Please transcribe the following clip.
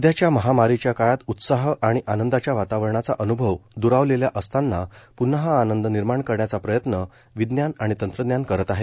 सध्याच्या महामारीच्या काळात उत्साह आणि आनंदाच्या वातावरणाचा अन्भव द्रावलेला असताना प्न्हा हा आनंद निर्माण करण्याचा प्रयत्न विज्ञान आणि तंत्रज्ञान करत आहे